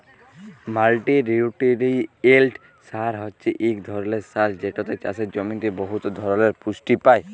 মাল্টিলিউটিরিয়েল্ট সার হছে ইক ধরলের সার যেটতে চাষের জমিতে বহুত ধরলের পুষ্টি পায়